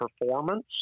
performance